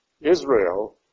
Israel